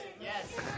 Yes